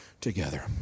together